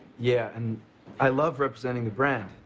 yeah. and i love representing the brand.